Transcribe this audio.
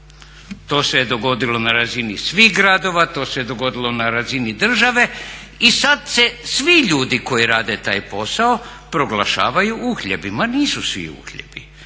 To se je dogodilo na razini svih gradova, to se je dogodilo na razini države i sada se svi ljudi koji rade taj posao proglašavaju uhljebima, nisu svi uhljebi.